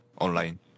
online